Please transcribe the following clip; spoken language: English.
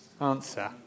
answer